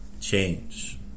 change